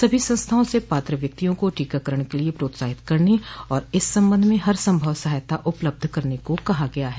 सभी संस्थाओं से पात्र व्यक्तियों को टीकाकरण के लिए प्रोत्साहित करने और इस संबंध में हर संभव सहायता उपलब्ध कराने को कहा गया है